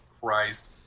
Christ